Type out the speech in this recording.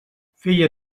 feia